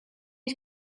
had